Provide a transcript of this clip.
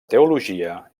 teologia